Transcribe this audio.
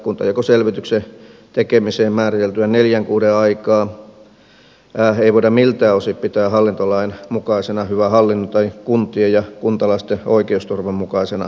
kuntajakoselvityksen tekemiseen määriteltyä neljän kuukauden aikaa ei voida miltään osin pitää hallintolain mukaisena hyvän hallinnon tai kuntien ja kuntalaisten oikeusturvan mukaisena menettelynä